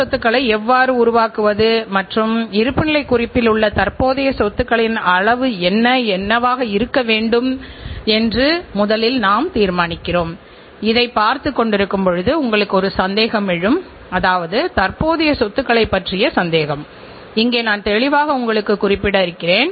மக்கள் விருப்பத்தை பெறும் தருணத்தில் அவர்கள் உடனடியாக புதிய தயாரிப்புகள் அல்லது புதிய சேவைகளுக்கு மாறுகிறார்கள்